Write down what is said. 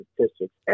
statistics